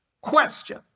Question